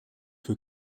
für